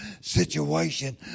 situation